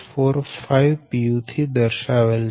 845 pu થી દર્શાવેલ છે